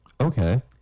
Okay